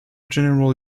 general